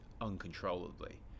uncontrollably